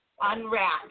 unwrap